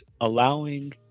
allowing